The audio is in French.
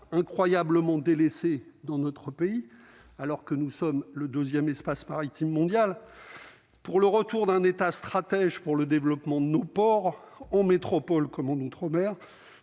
incroyablement délaissée dans notre pays, alors que nous sommes le 2ème espace maritime mondial pour le retour d'un État stratège pour le développement de nos ports en métropole comme en outre-mer